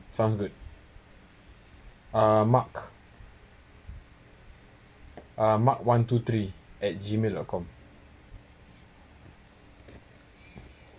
sounds good uh mark uh mark one two three at gmail dot com